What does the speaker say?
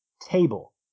table